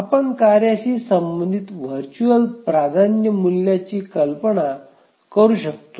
आपण कार्याशी संबंधित व्हर्च्युअल प्राधान्य मूल्याची कल्पना करू शकतो